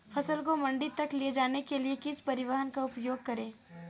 फसल को मंडी तक ले जाने के लिए किस परिवहन का उपयोग करें?